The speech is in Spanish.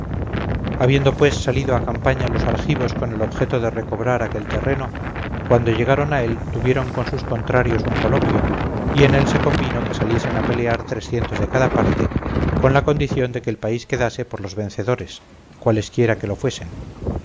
habiendo pues salido a campaña los argivos con el objeto de recobrar aquel terreno cuando llegaron a él tuvieron con sus contrarios un coloquio y en él se convino que saliesen a pelear trescientos de cada parte con la condición de que el país quedase por los vencedores cualesquiera que lo fuesen